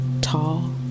tall